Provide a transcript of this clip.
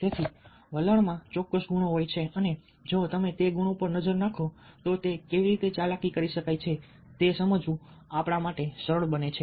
તેથી વલણ માં ચોક્કસ ગુણો હોય છે અને જો તમે તે ગુણો પર નજર નાખો તો તે કેવી રીતે ચાલાકી કરી શકાય છે તે સમજવું આપણા માટે સરળ બને છે